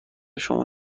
شما